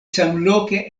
samloke